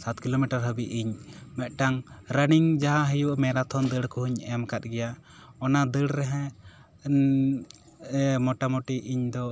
ᱥᱟᱛ ᱠᱤᱞᱳᱢᱤᱴᱟᱨ ᱦᱟᱵᱤᱡ ᱤᱧ ᱢᱮᱫᱴᱟᱝ ᱨᱟᱱᱤᱝ ᱡᱟᱦᱟᱸ ᱦᱩᱭᱩᱜ ᱢᱮᱨᱟᱛᱷᱚᱱ ᱫᱟᱹᱲ ᱠᱚᱦᱚᱸᱧ ᱮᱢ ᱠᱟᱫ ᱜᱮᱭᱟ ᱚᱱᱟ ᱫᱟᱹᱲ ᱨᱮ ᱢᱚᱴᱟᱢᱩᱴᱤ ᱤᱧ ᱫᱚ